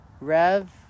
Rev